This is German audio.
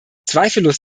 zweifellos